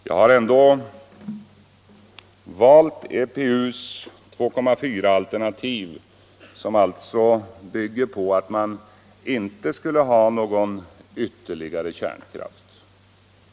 Jag har ändå valt EPU:s 2,4-alternativ, som alltså bygger på att man inte skulle ha någon ytterligare kärnkraft.